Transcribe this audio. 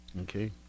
Okay